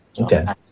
Okay